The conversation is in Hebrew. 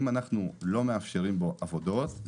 אם לא נאפשר בו עבודות,